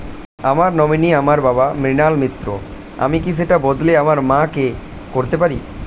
আমার নমিনি আমার বাবা, মৃণাল মিত্র, আমি কি সেটা বদলে আমার মা কে করতে পারি?